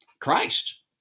Christ